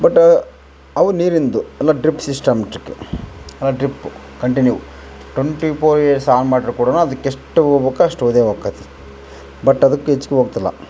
but ಅವು ನೀರಿಂದು ಎಲ್ಲ ಡ್ರಿಪ್ ಸಿಸ್ಟಮಿಟಿಕ್ ಆ drip continue twenty four years on ಮಾಡಿದ್ರು ಕೂಡ ಅದಕ್ಕೆ ಎಷ್ಟು ಹೋಗ್ಬೇಕು ಅಷ್ಟು ಹೋದೆ ಹೊಗತ್ತೆ ಬಟ್ ಅದಕ್ಕೆ ಹೆಚ್ಚಿಗೆ ಹೋಗ್ತಿಲ್ಲ